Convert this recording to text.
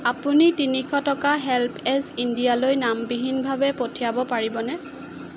আপুনি তিনিশ টকা হেল্প এজ ইণ্ডিয়ালৈ নামবিহীনভাৱে পঠিয়াব পাৰিবনে